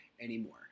anymore